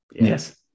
Yes